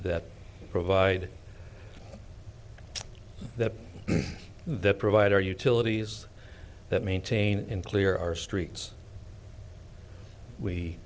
that provide that the provider utilities that maintain in clear our streets we